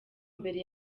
mbere